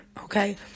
okay